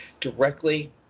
directly